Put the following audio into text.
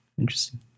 Interesting